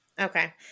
Okay